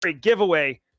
giveaway